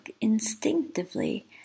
instinctively